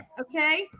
okay